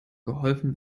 geholfen